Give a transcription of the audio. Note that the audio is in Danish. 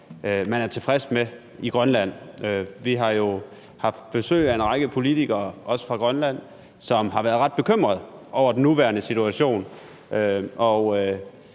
man er tilfreds med i Grønland. Vi har jo haft besøg af en række politikere, også fra Grønland, som har været ret bekymrede over den nuværende situation,